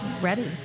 ready